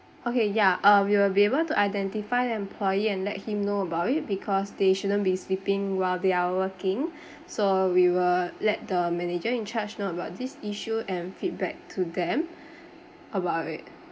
okay ya uh we will be able to identify the employee and let him know about it because they shouldn't be sleeping while they are working so we will let the manager in charge know about this issue and feedback to them about it